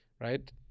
Right